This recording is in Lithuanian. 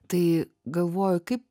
tai galvoju kaip